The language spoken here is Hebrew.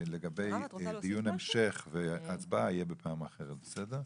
לגבי דיון המשך והצבעה יהיה בפעם אחרת, בסדר?